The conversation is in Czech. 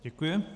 Děkuji.